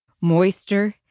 Moister